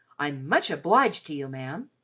i'm much obliged to you, ma'am.